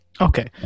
Okay